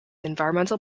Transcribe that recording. environmental